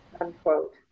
unquote